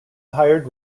hired